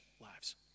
lives